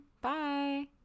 Bye